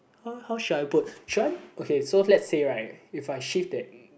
how how should I put should I okay so let's say right if I shift that